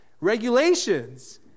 regulations